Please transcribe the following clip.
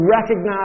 recognize